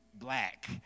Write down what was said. black